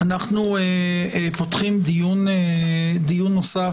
אנחנו פותחים דיון נוסף